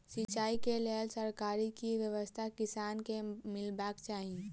सिंचाई केँ लेल सरकारी की व्यवस्था किसान केँ मीलबाक चाहि?